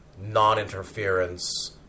Non-interference